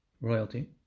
royalty